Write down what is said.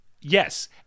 Yes